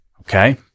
Okay